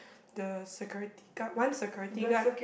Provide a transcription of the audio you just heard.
the security guard one security guard